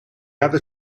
other